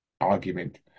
argument